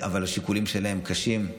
אבל השיקולים שלהם קשים.